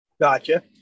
Gotcha